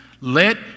Let